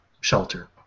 shelter